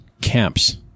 camps